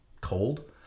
cold